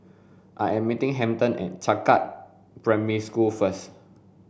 I am meeting Hampton at Changkat Primary School first